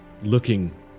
looking